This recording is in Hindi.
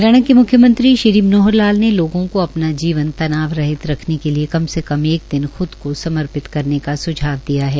हरियाणा के म्ख्यमंत्री श्री मनोहर लाल ने लोगों को अपना जीवन तनाव रहित रखने के लिए कम से कम एक दिन ख्द को समर्पित करने का स्झाव दिया है